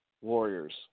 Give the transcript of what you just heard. Warriors